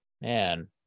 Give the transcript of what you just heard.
Man